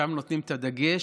שם נותנים את הדגש.